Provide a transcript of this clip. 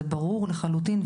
זה ברור לחלוטין.